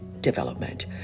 Development